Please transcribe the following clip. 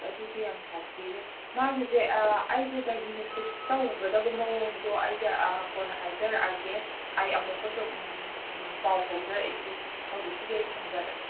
ꯑꯗꯨꯗꯤ ꯌꯥꯝ ꯁꯥꯊꯤꯔꯦ ꯃꯥꯒꯤꯁꯦ ꯑꯩꯁꯦ ꯗꯥꯏꯒꯅꯣꯁꯤꯁ ꯇꯧꯒꯗꯕ ꯃꯑꯣꯡꯗꯣ ꯑꯩꯁꯦ ꯀꯣꯟꯅ ꯍꯥꯏꯖꯔꯛꯑꯒꯦ ꯑꯩ ꯑꯃꯨꯛꯀꯁꯨ ꯄꯥꯎ ꯐꯥꯎꯖꯔꯛꯈꯤꯒꯦ ꯍꯧꯖꯤꯛꯀꯤꯗꯤ ꯑꯩ ꯊꯝꯖꯔꯒꯦ